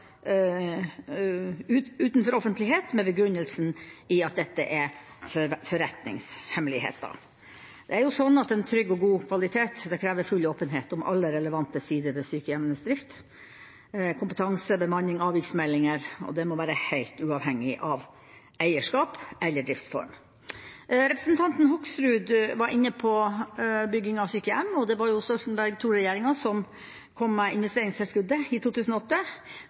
utenfor offentlighet med begrunnelsen at dette er forretningshemmeligheter. En trygg og god kvalitet krever full åpenhet om aller relevante sider ved sykehjemmenes drift, kompetanse, bemanning og avviksmeldinger. Det må være helt uavhengig av eierskap eller driftsform. Representanten Hoksrud var inne på bygging av sykehjem. Det var Stoltenberg II-regjeringen som kom med investeringstilskuddet i 2008.